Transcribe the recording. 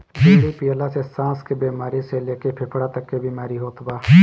बीड़ी पियला से साँस के बेमारी से लेके फेफड़ा तक के बीमारी होत बा